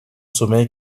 sommeil